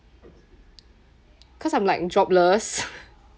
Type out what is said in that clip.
cause I'm like jobless